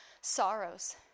sorrows